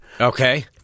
Okay